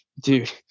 dude